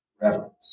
reverence